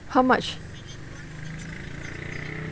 how much